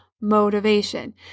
motivation